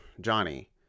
Johnny